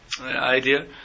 idea